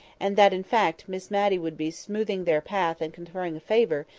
and that, in fact, miss matty would be smoothing their path and conferring a favour,